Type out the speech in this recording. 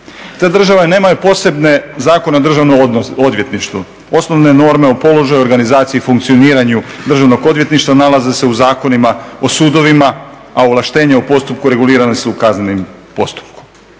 te države nemaju posebne zakone o državnom odvjetništvu, osnovne norme o položaju, organizaciji i funkcioniranju Državno odvjetništva nalaze se u zakonima o sudovima, a ovlaštenje u postupku regulirane su kaznenim postupkom.